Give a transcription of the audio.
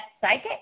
psychic